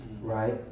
right